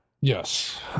yes